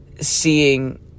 seeing